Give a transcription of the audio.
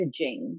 messaging